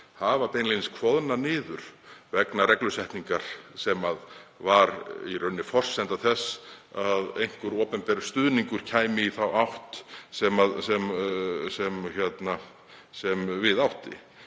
hafa beinlínis koðnað niður vegna reglusetningar sem var í rauninni forsenda þess að einhver opinber stuðningur kæmi í þá átt. Fram að þeim